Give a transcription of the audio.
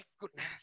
goodness